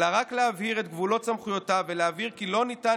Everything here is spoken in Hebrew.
אלא רק להבהיר את גבולות סמכויותיו ולהבהיר כי לא ניתן